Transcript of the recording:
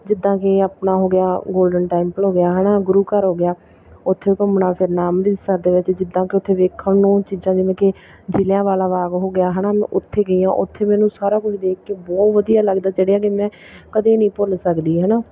ਜਿੱਦਾਂ ਕਿ ਆਪਣਾ ਹੋ ਗਿਆ ਗੋਲਡਨ ਟੈਂਪਲ ਹੋ ਗਿਆ ਹੈ ਨਾ ਗੁਰੂ ਘਰ ਹੋ ਗਿਆ ਉੱਥੇ ਘੁੰਮਣਾ ਫਿਰਨਾ ਅੰਮ੍ਰਿਤਸਰ ਦੇ ਵਿੱਚ ਜਿੱਦਾਂ ਕਿ ਉੱਥੇ ਵੇਖਣ ਨੂੰ ਚੀਜ਼ਾਂ ਜਿਵੇਂ ਕਿ ਜਲ੍ਹਿਆਂ ਵਾਲਾ ਬਾਗ ਹੋ ਗਿਆ ਹੈ ਨਾ ਮੈਂ ਉੱਥੇ ਗਈ ਹਾਂ ਉੱਥੇ ਮੈਨੂੰ ਸਾਰਾ ਕੁਝ ਦੇਖ ਕੇ ਬਹੁਤ ਵਧੀਆ ਲੱਗਦਾ ਜਿਹੜਾ ਕਿ ਮੈਂ ਕਦੇ ਨਹੀਂ ਭੁੱਲ ਸਕਦੀ ਹੈ ਨਾ